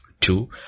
Two